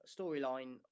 storyline